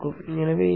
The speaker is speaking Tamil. எனவே இது d 0